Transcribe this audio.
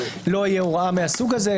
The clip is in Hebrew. לא תהיה הוראה מהסוג הזה,